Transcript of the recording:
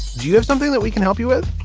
do you have something that we can help you with.